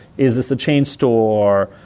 is this a chain store?